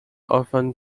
often